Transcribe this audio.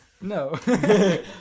No